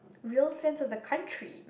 real sense of the country